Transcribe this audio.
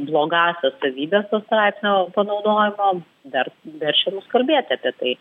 blogąsias savybes to straipsnio panaudojimo dar verčia mus kalbėti apie tai